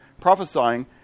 prophesying